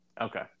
Okay